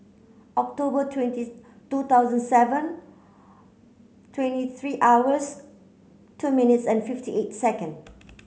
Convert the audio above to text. October twenties two thousand seven twenty three hours two minutes and fifty eight second